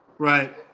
Right